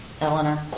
Eleanor